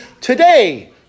Today